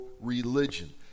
religion